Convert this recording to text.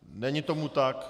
Není tomu tak.